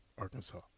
Arkansas